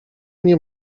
nie